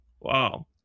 Wow